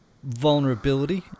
vulnerability